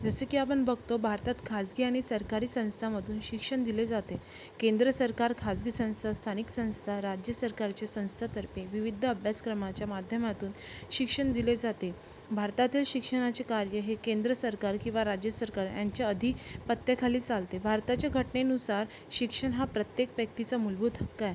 जसं की आपण बघतो भारतात खाजगी आणि सरकारी संस्थांमधून शिक्षण दिले जाते केंद्र सरकार खाजगी संस्था स्थानिक संस्था राज्य सरकारच्या संस्थांतर्फे विविध अभ्यासक्रमाच्या माध्यमातून शिक्षण दिले जाते भारतातील शिक्षणाचे कार्य हे केंद्र सरकार किंवा राज्य सरकार यांच्या अधि पत्त्याखाली चालते भारताच्या घटनेनुसार शिक्षण हा प्रत्येक व्यक्तीचा मूलभूत हक्क आहे